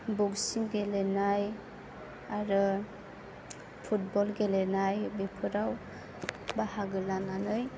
बक्सिं गेलेनाय आरो फुटबल गेलेनाय बेफोराव बाहागो लानानै